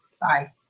Bye